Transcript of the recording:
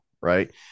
right